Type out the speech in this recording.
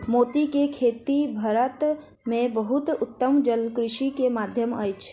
मोती के खेती भारत में बहुत उत्तम जलकृषि के माध्यम अछि